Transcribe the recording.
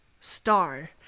star